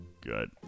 good